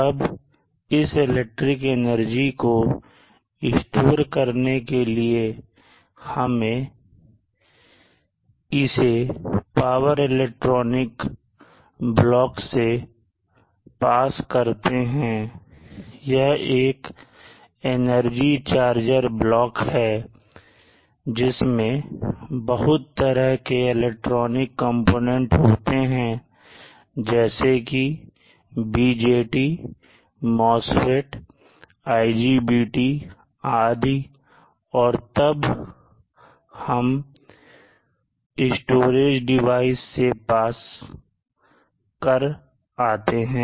अब इस electric energy को स्टोर करने के लिए हम इसे पावर इलेक्ट्रॉनिक ब्लॉक से पास करते हैं यह एक एनर्जी चार्जर ब्लॉक है जिसमें बहुत तरह के इलेक्ट्रॉनिक कंपोनेंट होते हैं जैसे की BJT MOSFET IGBT आदि और तब उसे हम स्टोरेज डिवाइस से पास कर आते हैं